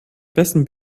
wessen